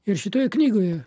ir šitoje knygoje